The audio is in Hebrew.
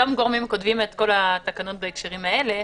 אותם גורמים כותבים את כל התקנות בהקשרים האלה.